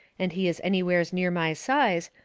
and he is anywheres near my size,